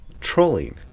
trolling